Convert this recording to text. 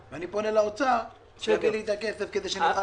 אני פונה לאוצר שייתן לי את הכסף הזה.